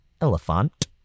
elephant